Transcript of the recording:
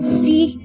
see